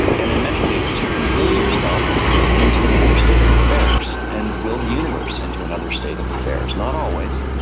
and in many cases, you can will yourself into another state of affairs and will the universe into another state of affairs, not always,